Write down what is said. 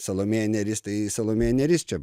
salomėja nėris tai salomėja nėris čia